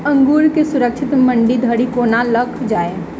अंगूर केँ सुरक्षित मंडी धरि कोना लकऽ जाय?